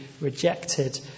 rejected